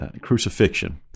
crucifixion